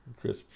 Chris